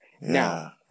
now